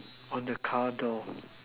on the car door